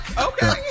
Okay